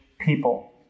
people